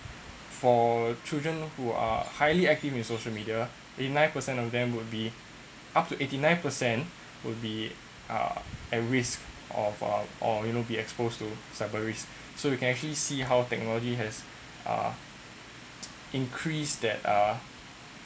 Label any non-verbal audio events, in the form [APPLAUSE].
for children who are highly active on social media in nine percent of them would be up to eighty nine percent would be uh a risk of a or you know be exposed to cyber risk so you can actually see how technology has uh [NOISE] increased that uh